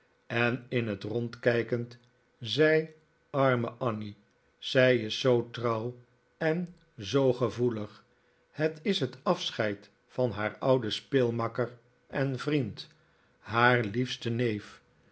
en in het rond kijkend zei arme annie zij is zoo trouw en zoo gevoelig het is het afscheid van haar ouden speelmakker en vriend haar liefsten neef